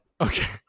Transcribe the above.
Okay